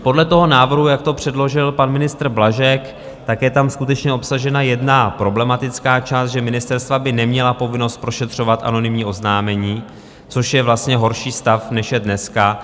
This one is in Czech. Podle návrhu, jak to předložil pan ministr Blažek, je tam skutečně obsažena jedna problematická část, že ministerstva by neměla povinnost prošetřovat anonymní oznámení, což je vlastně horší stav, než je dneska.